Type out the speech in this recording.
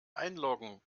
einloggen